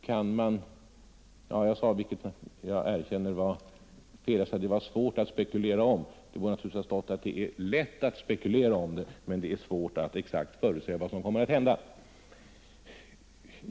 Jag erkänner att det var fel att säga att det är svårt att spekulera om detta; det borde naturligtvis ha uttryckts så, att det är lätt att spekulera men svårt att exakt förutse vad som kommer att hända.